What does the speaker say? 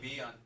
on